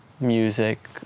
music